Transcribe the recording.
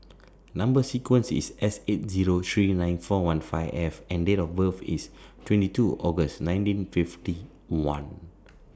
Number sequence IS S eight Zero three nine four one five F and Date of birth IS twenty two August nineteen fifty one